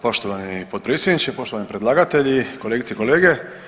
Poštovani potpredsjedniče, poštovani predlagatelji, kolegice i kolege.